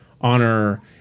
honor